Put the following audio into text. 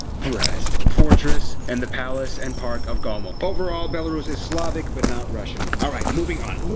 breast fortress and the palace and park of gomel. overall, belarus is slavic, but not russian. alright, moving on!